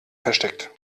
versteckt